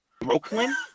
Brooklyn